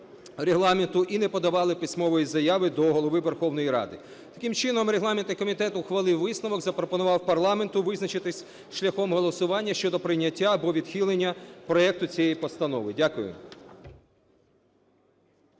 і не подавали письмової заяви до Голови Верховної Ради. Таким чином, регламентний комітет ухвалив висновок: запропонував парламенту визначитись шляхом голосування щодо прийняття або відхилення проекту цієї постанови. Дякую.